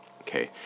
Okay